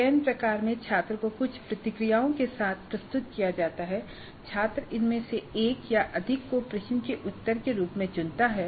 चयन प्रकार में छात्र को कुछ प्रतिक्रियाओं के साथ प्रस्तुत किया जाता है और छात्र इनमें से एक या अधिक को प्रश्न के उत्तर के रूप में चुनता है